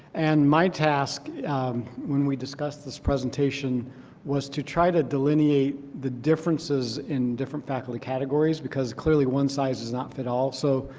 and my task when we discuss this presentation was to try to delineate the differences in different faculty categories because clearly one size does not with all. so